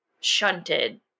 shunted